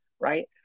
Right